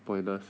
pointless